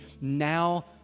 now